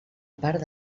part